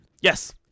Yes